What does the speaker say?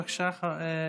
בבקשה, איתן.